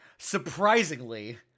Surprisingly